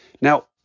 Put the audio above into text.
Now